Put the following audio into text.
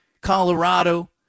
Colorado